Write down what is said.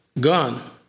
gone